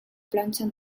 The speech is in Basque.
plantxan